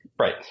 Right